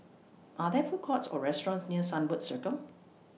Are There Food Courts Or restaurants near Sunbird Circle